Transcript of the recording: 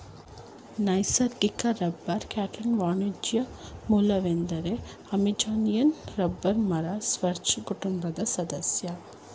ನೈಸರ್ಗಿಕ ರಬ್ಬರ್ ಲ್ಯಾಟೆಕ್ಸ್ನ ವಾಣಿಜ್ಯ ಮೂಲವೆಂದರೆ ಅಮೆಜೋನಿಯನ್ ರಬ್ಬರ್ ಮರ ಸ್ಪರ್ಜ್ ಕುಟುಂಬದ ಸದಸ್ಯ